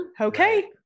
okay